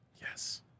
Yes